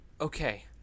Okay